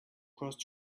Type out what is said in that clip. across